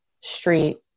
Street